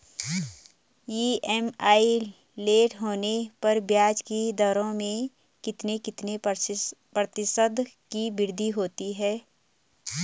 EMI late होने पर ब्याज की दरों में कितने कितने प्रतिशत की वृद्धि होती है?